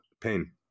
pain